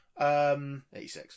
86